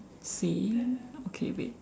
same okay wait